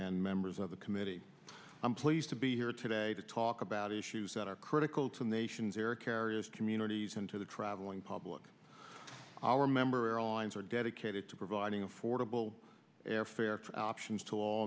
and members of the committee i'm pleased to be here today to talk about issues that are critical to the nation's air carriers communities and to the traveling public our member airlines are dedicated to providing affordable airfare options to all